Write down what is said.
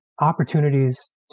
opportunities